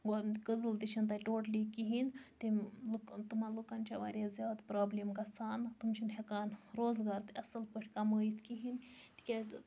گوٚو کدل تہِ چھنہٕ تَتہِ ٹوٹلی کِہیٖنۍ تِم لُکھ تمن لُکَن چھ وَاریاہ زیاد پرابلم گَژھان تِم چھِنہٕ ہیٚکان روزگار تہِ اصل پٲٹھۍ کَمٲوِتھ کِہیٖنۍ تکیاز